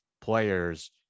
players